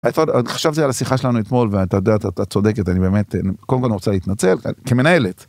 חשבתי על השיחה שלנו אתמול, ואת צודקת. אני באמת רוצה להתנצל כמנהלת.